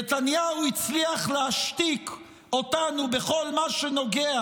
נתניהו הצליח להשתיק אותנו בכל מה שנוגע